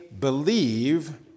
believe